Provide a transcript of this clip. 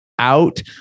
out